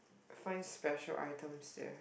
find special items there